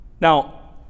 Now